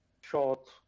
short